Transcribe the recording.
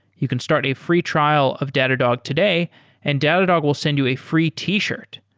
you can start a free trial of datadog today and datadog will send you a free t-shirt.